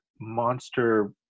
monster